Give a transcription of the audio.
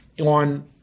on